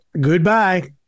Goodbye